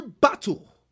battle